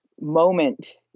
moment